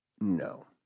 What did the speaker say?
No